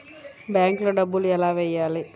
బ్యాంక్లో డబ్బులు ఎలా వెయ్యాలి?